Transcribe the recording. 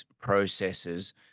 processes